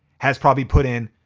has probably put in